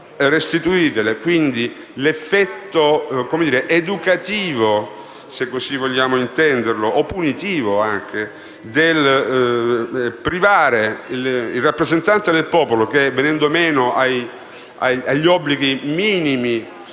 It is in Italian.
queste somme. Quindi, l'effetto educativo, se così vogliamo intenderlo, o punitivo del privare il rappresentante del popolo che viene meno agli obblighi minimi